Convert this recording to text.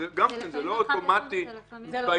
הרי זה לא אוטומטי בארגון,